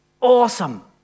Awesome